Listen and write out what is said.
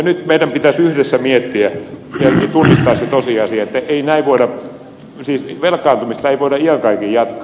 nyt meidän pitäisi yhdessä miettiä tunnistaa se tosiasia että velkaantumista ei voida iän kaiken jatkaa